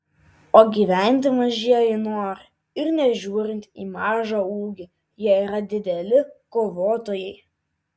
o gyventi mažieji nori ir nežiūrint į mažą ūgį jie yra dideli kovotojai